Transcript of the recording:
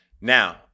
Now